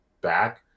back